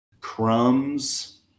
Crumb's